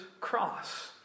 cross